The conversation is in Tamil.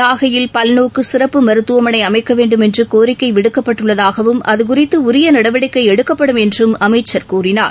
நாகையில் பல்நோக்குசிறப்பு மருத்துவமனைஅமைக்கவேண்டுமென்றகோிக்கைவிடுக்கப்பட்டுள்ளதாகவும் அதுகுறித்தஉரியநடவடிக்கைஎடுக்கப்படும் என்றும் அமைச்சர் கூறினார்